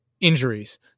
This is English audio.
injuries